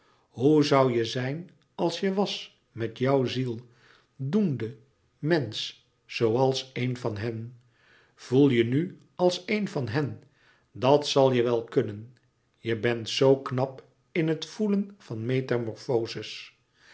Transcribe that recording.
hoe zoû je zijn als je was met jouw ziel doende mensch zooals een van hen voél je nu als een van hen dat zal je wel kunnen je bent zoo knap in het voelen van metamorfoze's